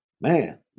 man